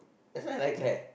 that's why you like Claire